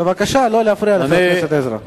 בבקשה לא להפריע לחבר הכנסת עזרא.